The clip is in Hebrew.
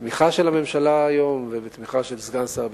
ובתמיכה של הממשלה היום ובתמיכה של סגן שר הביטחון,